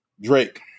Drake